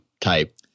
type